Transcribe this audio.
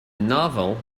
novel